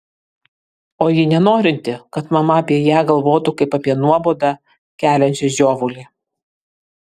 o ji nenorinti kad mama apie ją galvotų kaip apie nuobodą keliančią žiovulį